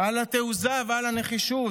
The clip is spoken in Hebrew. על התעוזה ועל הנחישות.